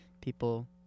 people